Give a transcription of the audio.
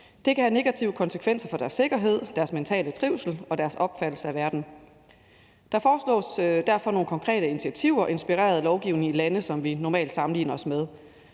Det kan have negative konsekvenser for deres sikkerhed, deres mentale trivsel og deres opfattelse af verden. Der foreslås derfor nogle konkrete initiativer inspireret af lovgivning i lande, som vi normalt sammenligner os med.